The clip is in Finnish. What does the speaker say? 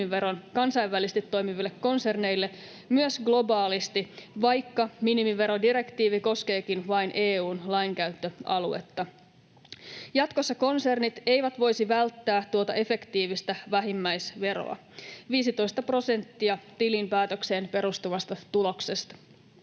kansainvälisesti toimiville konserneille myös globaalisti, vaikka minimiverodirektiivi koskeekin vain EU:n lainkäyttöaluetta. Jatkossa konsernit eivät voisi välttää tuota efektiivistä vähimmäisveroa: 15 prosenttia tilinpäätökseen perustuvasta tuloksesta.